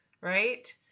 right